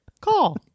call